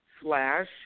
slash